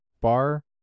bar